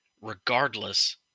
regardless